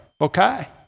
okay